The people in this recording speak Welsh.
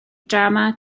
drama